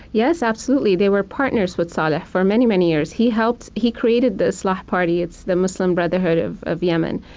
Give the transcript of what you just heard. yes, absolutely. they were partners with saleh for many, many years. he helped. he created the islah party. it's the muslim brotherhood of of yemen.